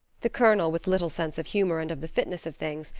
the colonel, with little sense of humor and of the fitness of things,